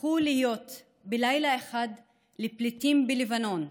להיות בלילה אחד לפליטים בלבנון.